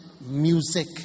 music